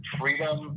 freedom